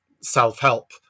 Self-Help